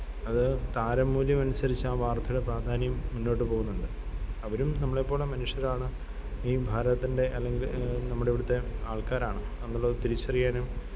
അത് താരമൂല്യം അനുസരിച്ചാണ് വാര്ത്തയുടെ പ്രാധാന്യം മുന്നോട്ട് പോകുന്നത് അവരും നമ്മളെപ്പോലെ മനുഷ്യരാണ് ഈം ഭാരതത്തിന്റെ അല്ലെങ്കിൽ നമ്മുടിവിടുത്തെ ആള്ക്കാരാണ് എന്നുള്ളത് തിരിച്ചറിയാനും